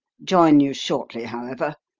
join you shortly, however.